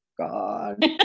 God